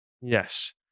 Yes